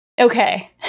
okay